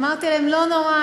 אמרתי להם: לא נורא,